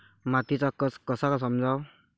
मातीचा कस कसा समजाव?